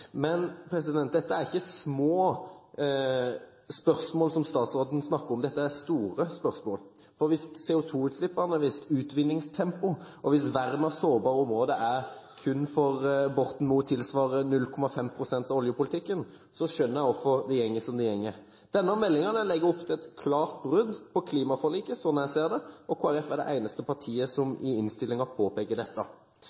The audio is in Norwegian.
Dette er ikke små spørsmål, som statsråden snakker om, dette er store spørsmål. Hvis CO2-utslippene, hvis utvinningstempoet og hvis vern av sårbare områder for Borten Moe kun tilsvarer 0,5 pst. av oljepolitikken, skjønner jeg hvorfor det går som det går. Denne meldingen legger opp til et klart brudd med klimaforliket, sånn jeg ser det, og Kristelig Folkeparti er det eneste partiet som